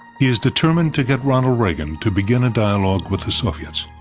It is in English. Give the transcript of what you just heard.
he is determined to get ronald reagan to begin a dialogue with the soviets.